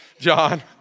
John